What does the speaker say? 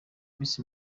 miss